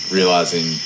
Realizing